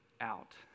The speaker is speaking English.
out